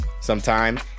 Sometime